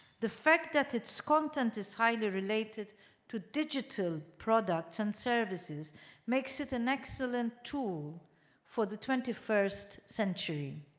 the fact that its content is highly related to digital products and services makes it an excellent tool for the twenty first century.